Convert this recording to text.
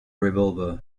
revolver